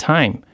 Time